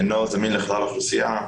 אינו זמין לכלל האוכלוסייה,